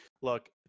look